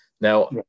Now